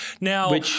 Now